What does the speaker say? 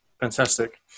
fantastic